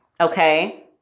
okay